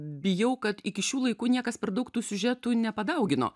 bijau kad iki šių laikų niekas per daug tų siužetų nepadaugino